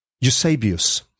Eusebius